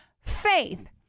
faith